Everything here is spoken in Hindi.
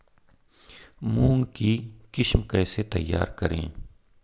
मूंग की किस्म कैसे तैयार करें?